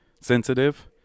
sensitive